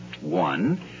one